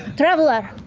traveler.